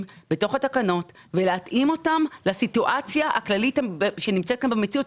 בתוך התקנות ולהתאים אותן לסיטואציה הכללית שנמצאת כאן במציאות.